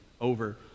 over